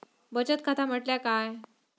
बचत खाता म्हटल्या काय?